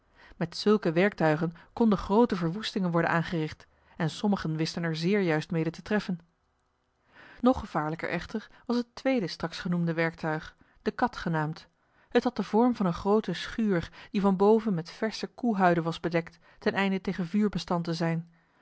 met zulke werktuigen konden groote verwoestingen worden aangericht en sommigen wisten er zeer juist mede te treffen nog gevaarlijker echter was het tweede straks genoemde werktuig de kat genaamd het had den vorm van eene groote schuur die van boven met versche koehuiden was bedekt teneinde tegen vuur bestand te zijn